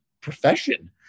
profession